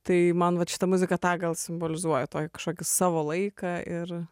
tai man vat šita muzika tą gal simbolizuoja toj kažkokį savo laiką ir